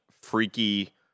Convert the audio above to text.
freaky